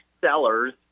Sellers